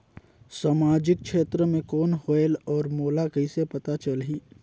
समाजिक क्षेत्र कौन होएल? और मोला कइसे पता चलही?